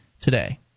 today